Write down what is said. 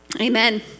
Amen